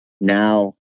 Now